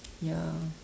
ya